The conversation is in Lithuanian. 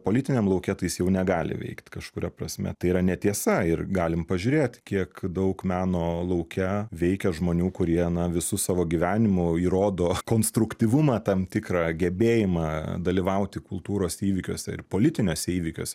politiniam lauke tai jis jau negali veikt kažkuria prasme tai yra netiesa ir galim pažiūrėt kiek daug meno lauke veikia žmonių kurie na visu savo gyvenimu įrodo konstruktyvumą tam tikrą gebėjimą dalyvauti kultūros įvykiuose ir politiniuose įvykiuose